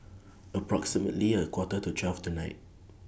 approximately A Quarter to twelve tonight